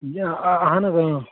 یہِ اَہَن حظ اۭں